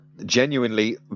Genuinely